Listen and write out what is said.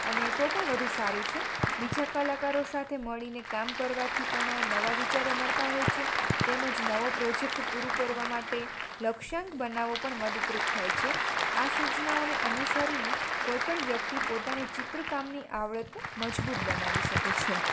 અને તો પણ વધુ સારું છે બીજા કલાકારો સાથે મળીને કામ કરવાથી પણ નવા વિચારો મળતા હોય છે તેમજ નવો પ્રોજેક્ટ પૂરું કરવા માટે લક્ષ્યાંક બનાવો પણ મદદરૂપ થાય છે આ સૂચનાઓને અનુસરીને કોઈપણ વ્યક્તિ પોતાની ચિત્રકામની આવડતને મજબૂત બનાવી શકે છે